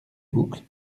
boucles